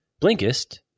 Blinkist